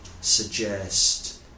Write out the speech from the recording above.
suggest